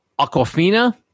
Aquafina